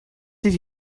did